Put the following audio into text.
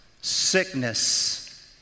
sickness